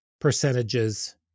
percentages